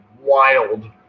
wild